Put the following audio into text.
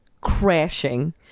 crashing